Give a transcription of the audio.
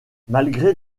malgré